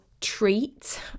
treat